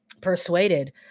persuaded